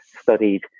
studied